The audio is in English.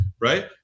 Right